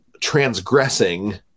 transgressing